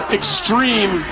extreme